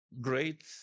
great